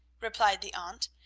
replied the aunt,